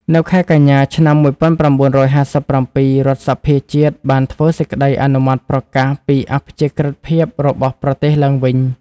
នៅខែកញ្ញា ឆ្នាំ ១៩៥៧ រដ្ឋសភាជាតិបានធ្វើសេចក្តីអនុម័តប្រកាសពីអព្យាក្រិតភាពរបស់ប្រទេសឡើងវិញ។